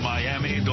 Miami